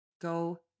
Go